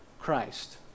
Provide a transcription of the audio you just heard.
Christ